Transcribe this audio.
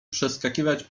przeskakiwać